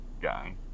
guy